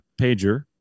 pager